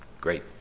great